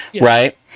Right